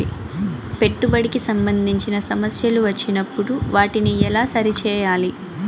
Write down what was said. పెట్టుబడికి సంబంధించిన సమస్యలు వచ్చినప్పుడు వాటిని ఎలా సరి చేయాలి?